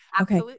Okay